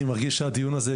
אני מרגיש שהדיון הזה,